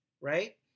right